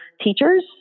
teachers